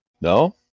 No